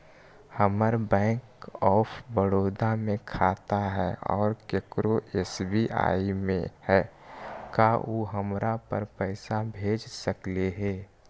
हमर bank of Baroda में खाता है और केकरो एस.बी.आई में है का उ हमरा पर पैसा भेज सकले हे?